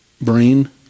brain